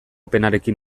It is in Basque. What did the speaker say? penarekin